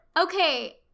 Okay